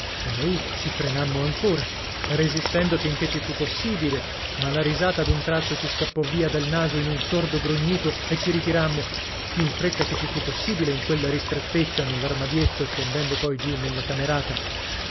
e noi ci frenammo ancora resistendo finché ci fu possibile ma la risata ad un tratto ci scappò via dal naso in un sordo grugnito e ci ritirammo più in fretta che ci fu possibile in quella ristrettezza nell'armadietto scendendo poi giù nella camerata